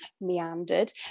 meandered